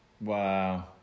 wow